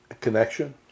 connection